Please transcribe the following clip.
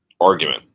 argument